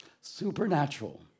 supernatural